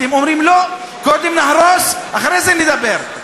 אתם אומרים: לא, קודם נהרוס, אחרי זה נדבר.